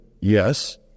yes